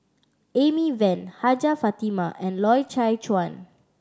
Amy Van Hajjah Fatimah and Loy Chye Chuan